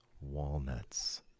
Walnuts